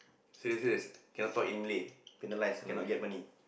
serious serious can not talk in Malay penalise cannot get money